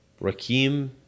Rakim